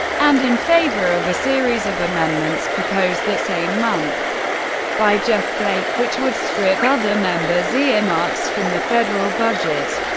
and in favor of a series of amendments proposed that same month by jeff flake which would strip other members' earmarks from the federal budget.